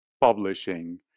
publishing